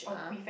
ah